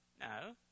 No